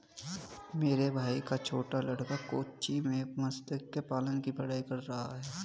मेरे भाई का छोटा लड़का कोच्चि में मत्स्य पालन की पढ़ाई कर रहा है